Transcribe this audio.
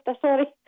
sorry